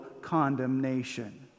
condemnation